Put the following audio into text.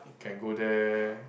can go there